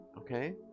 Okay